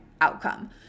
outcome